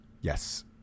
Yes